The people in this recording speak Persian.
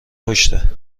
پشته